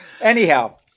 Anyhow